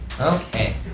Okay